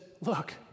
look